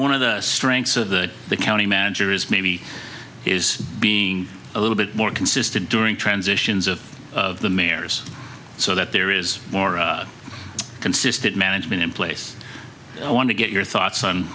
one of the strengths of the the county manager is maybe is being a little bit more consistent during transitions of of the mirrors so that there is more consistent management in place i want to get your thoughts on